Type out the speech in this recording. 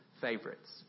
favorites